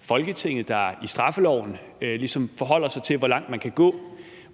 Folketinget, der i straffeloven ligesom forholder sig til, hvor langt man kan gå,